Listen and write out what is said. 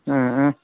ꯎꯝ ꯎꯝ